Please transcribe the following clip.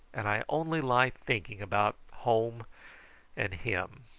and i only lie thinking about home and him.